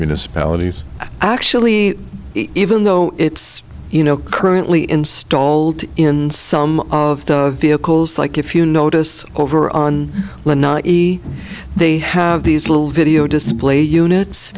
municipalities actually even though it's you know currently installed in some of the vehicles like if you notice over on e they have these little video display units